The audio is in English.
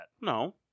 No